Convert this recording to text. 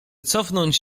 cofnąć